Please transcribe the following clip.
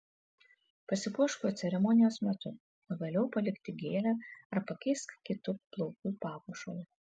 pasipuošk juo ceremonijos metu o vėliau palik tik gėlę ar pakeisk kitu plaukų papuošalu